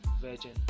Virgin